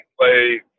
play